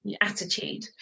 Attitude